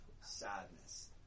sadness